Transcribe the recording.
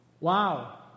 Wow